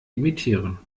imitieren